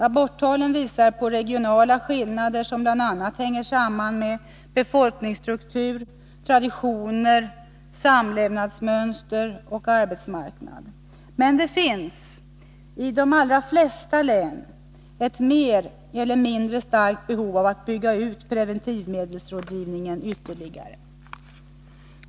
Aborttalen visar på regionala skillnader som bl.a. hänger samman med befolkningsstruktur, traditioner, samlevnadsmönster och arbetsmarknad. Men det finns i de allra flesta län ett mer eller mindre starkt behov av att bygga ut preventivmedelsrådgivningen ytterligare.